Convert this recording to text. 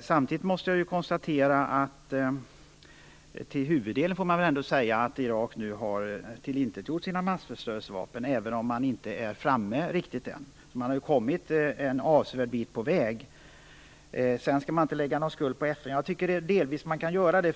Samtidigt får man väl ändå säga att Irak till huvuddelen tillintetgjort sina massförstörelsevapen, även om man inte nått ända fram. Man har ju kommit en avsevärd bit på väg. Man skall inte lägga någon skuld på FN, sägs det. Jag tycker att man delvis kan göra det.